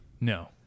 No